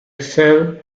sed